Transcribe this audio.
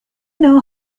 know